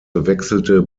wechselte